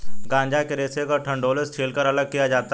गांजा के रेशे को डंठलों से छीलकर अलग किया जाता है